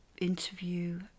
interview